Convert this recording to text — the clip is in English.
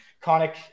Conic